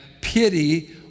pity